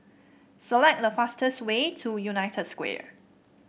select the fastest way to United Square